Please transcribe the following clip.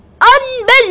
unbelievable